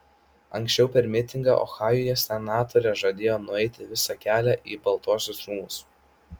anksčiau per mitingą ohajuje senatorė žadėjo nueiti visą kelią į baltuosius rūmus